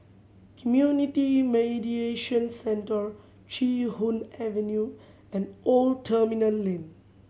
Community Mediation Centre Chee Hoon Avenue and Old Terminal Lane